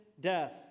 death